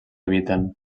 eviten